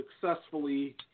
successfully